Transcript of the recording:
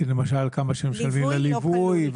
כמו ליווי?